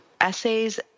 essays